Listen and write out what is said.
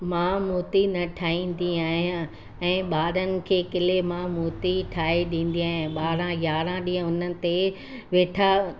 मां मूर्ति न ठाहींदी आहियां ऐं ॿारनि खे किले मां मूर्ति ठाहे ॾींदी आहियां ॿारहं यारहं ॾींहं उन ते वेठा